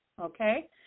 Okay